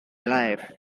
life